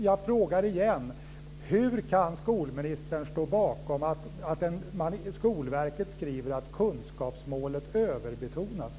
Jag frågar igen: Hur kan skolministern stå bakom att Skolverket skriver att kunskapsmålet överbetonas?